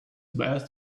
best